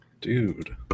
dude